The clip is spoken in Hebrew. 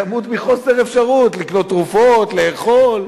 ימות מחוסר אפשרות לקנות תרופות, לאכול.